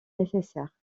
nécessaire